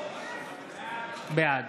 בעד